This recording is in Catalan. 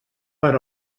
per